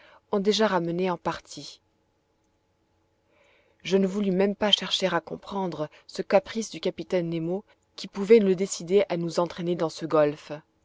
ont déjà ramenée en partie je ne voulus même pas chercher à comprendre ce caprice du capitaine nemo qui pouvait le décider à nous entraîner dans ce golfe